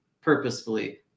purposefully